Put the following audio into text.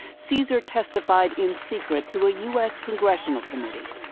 caesar testified in secret to a us congressional committee,